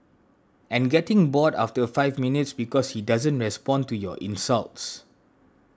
and getting bored after five minutes because he doesn't respond to your insults